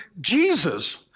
Jesus